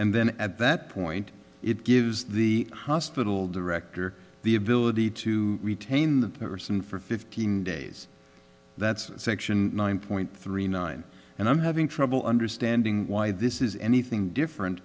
and then at that point it gives the hospital director the ability to retain the person for fifteen days that's section nine point three nine and i'm having trouble understanding why this is anything different